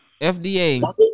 FDA